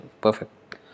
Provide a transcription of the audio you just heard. Perfect